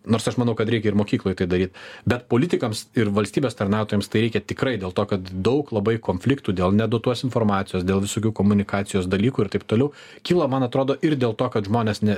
nors aš manau kad reikia ir mokykloj tai daryt bet politikams ir valstybės tarnautojams tai reikia tikrai dėl to kad daug labai konfliktų dėl nedotuos informacijos dėl visokių komunikacijos dalykų ir taip toliau kyla man atrodo ir dėl to kad žmonės ne